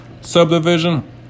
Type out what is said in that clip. Subdivision